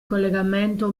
collegamento